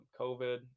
covid